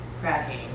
cracking